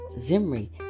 Zimri